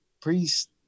priest